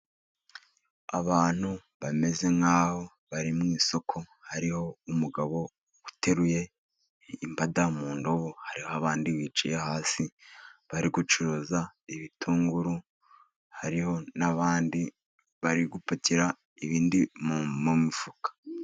Abantu bameze nk'abari mu isoko, hariho umugabo uteruye imbada mu ndobo, hariho abandi bicaye hasi bari gucuruza ibitunguru, hariho n'abandi bari gupakira ibindi mu mifuka.